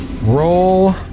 Roll